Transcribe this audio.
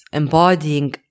embodying